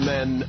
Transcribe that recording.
Men